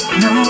no